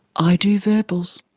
i do verbals.